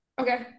Okay